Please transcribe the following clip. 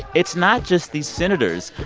it's not just these senators.